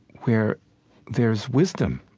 where there's wisdom